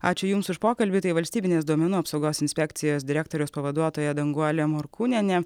ačiū jums už pokalbį tai valstybinės duomenų apsaugos inspekcijos direktoriaus pavaduotoja danguolė morkūnienė